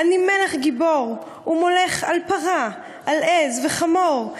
/ 'אני מלך גיבור ומולך על פרה, על עז וחמור.